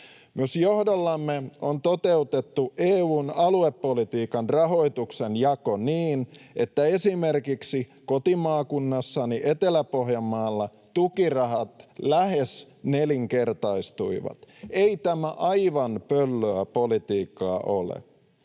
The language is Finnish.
on. Johdollamme on toteutettu myös EU:n aluepolitiikan rahoituksen jako niin, että esimerkiksi kotimaakunnassani Etelä-Pohjanmaalla tukirahat lähes nelinkertaistuivat. Ei tämä aivan pöllöä politiikkaa ole.